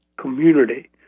community